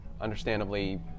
understandably